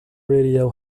radio